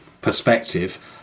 perspective